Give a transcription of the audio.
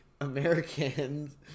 Americans